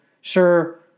sure